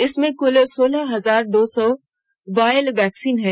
इसमें क्ल सोलह हजार दो सौ वायल वैक्सीन हैं